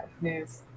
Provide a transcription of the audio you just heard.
news